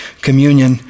communion